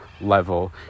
level